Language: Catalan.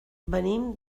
venim